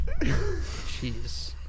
Jeez